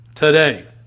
Today